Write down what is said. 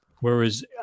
Whereas